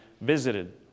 visited